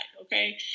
okay